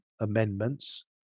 amendments